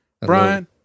brian